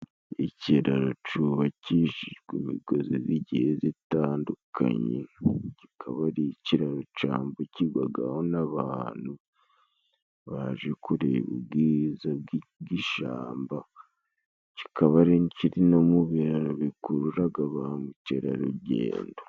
Ikiraro cubakishijwe imigozi n'igihe zitandukanye kikaba ari ikiraro cambukigwagaho n'abantu baje kure ubwiza bw'igishamba kikaba ari kiri no mu biraro bikururaga ba mukerarugendo.